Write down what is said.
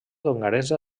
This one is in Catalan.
hongaresa